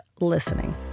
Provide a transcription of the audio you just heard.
listening